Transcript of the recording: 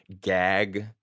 gag